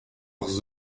leurs